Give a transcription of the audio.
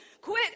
Quit